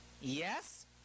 Yes